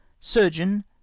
surgeon